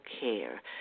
care